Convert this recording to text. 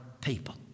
people